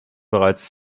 bereits